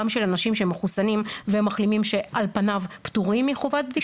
גם של אנשים שמחוסנים ומחלימים שעל פניו פטורים מחובת בדיקה,